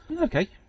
Okay